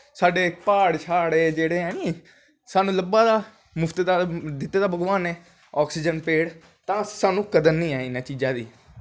साढ़े प्हाड़ श्हाड़ जेह्ड़े हैं नी साह्नू लब्भा दा मुफ्त दा दित्ते दा भगवान नैं आक्सिज़िन पेड़ पर स्हानू कदर नी ऐ इनें पेड़ां दी